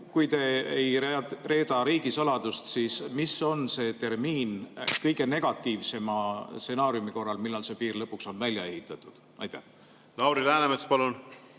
kui te ei reeda riigisaladust, siis mis on see tärmin kõige negatiivsema stsenaariumi korral, millal see piir lõpuks on välja ehitatud? Aitäh,